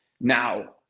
Now